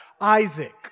Isaac